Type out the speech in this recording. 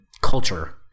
culture